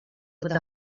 with